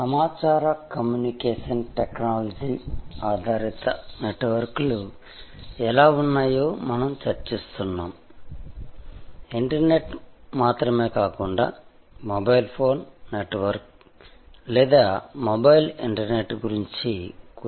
సమాచార communication technology ఆధారిత నెట్వర్క్లు ఎలా ఉన్నాయో మనం చర్చిస్తున్నాముఇంటర్నెట్ మాత్రమే కాకుండా మొబైల్ ఫోన్ నెట్వర్క్ లేదా మొబైల్ ఇంటర్నెట్ గురించి కూడా చర్చిస్తాము